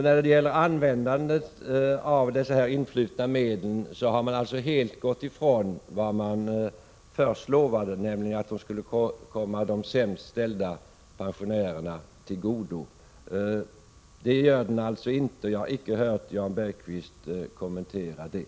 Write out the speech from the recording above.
När det gäller användandet av de influtna medlen har socialdemokraterna helt gått ifrån vad ni först lovade, nämligen att pengarna skulle komma de sämst ställda pensionärerna till godo. Det gör de alltså inte, och jag har inte hört Jan Bergqvist kommentera det.